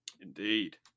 indeed